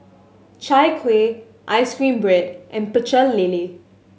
Chai Kuih ice cream bread and Pecel Lele